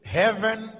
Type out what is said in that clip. heaven